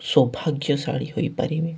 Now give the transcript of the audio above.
ସୌଭାଗ୍ୟଶାଳୀ ହୋଇପାରିବେ